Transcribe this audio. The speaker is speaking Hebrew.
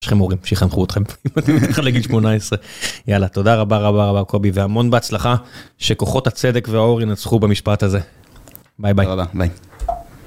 יש לכם הורים שיחנכו אתכם, אם אתם מתחת לגיל 18. יאללה, תודה רבה רבה רבה, קובי, והמון בהצלחה, שכוחות הצדק והאור ינצחו במשפט הזה. ביי ביי.